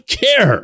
care